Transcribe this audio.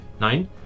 Nine